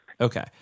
okay